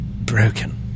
broken